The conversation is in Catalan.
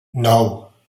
nou